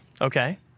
Okay